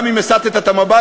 גם אם הסטת את המבט,